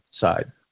side